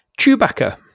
Chewbacca